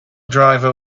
driver